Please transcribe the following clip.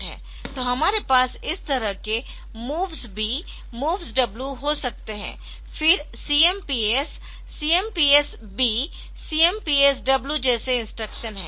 तो हमारे पास इस तरह के MOVS B MOVS W हो सकते है फिर CMPS CMPS B CMPS W जैसे इंस्ट्रक्शन है